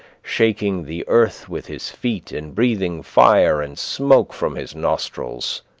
shaking the earth with his feet, and breathing fire and smoke from his nostrils